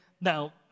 now